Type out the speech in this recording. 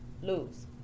lose